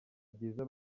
byiza